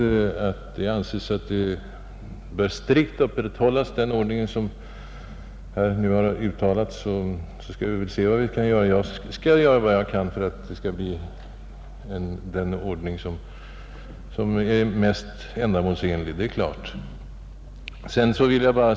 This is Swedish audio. Men om det anses att vi strikt bör följa den debattordning som herr Sjöholm tycktes uttala sig för, får vi väl se vad vi kan göra åt det — jag skall i varje fall göra vad jag kan för att vi skall kunna åstadkomma den mest ändamålsenliga ordningen.